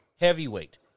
heavyweight